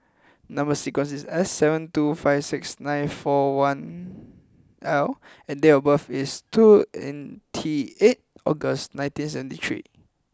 number sequence is S seven two five six nine four one L and date of birth is two twenty eight August nineteen seventy three